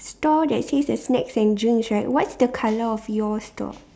store that says the snacks and drinks right what's the colour of your store